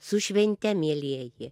su švente mielieji